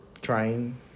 trying